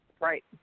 Right